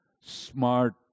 smart